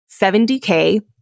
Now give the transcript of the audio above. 70K